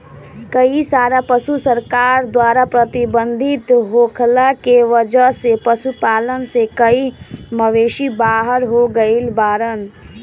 कई सारा पशु सरकार द्वारा प्रतिबंधित होखला के वजह से पशुपालन से कई मवेषी बाहर हो गइल बाड़न